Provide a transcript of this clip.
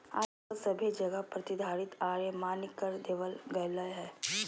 आजकल सभे जगह प्रतिधारित आय मान्य कर देवल गेलय हें